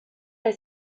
del